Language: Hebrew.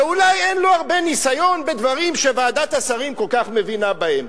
שאולי אין לו הרבה ניסיון בדברים שוועדת השרים כל כך מבינה בהם,